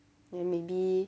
then maybe